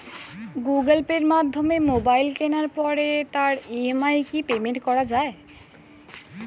Google পের মাধ্যমে mobile কেনার পরে তার ই.এম.আই কি পেমেন্ট করা যায়?